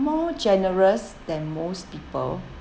more generous than most people